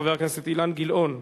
חבר הכנסת אילן גילאון.